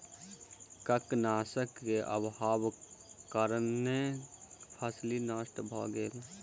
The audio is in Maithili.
कवकनाशक के अभावक कारणें फसील नष्ट भअ गेल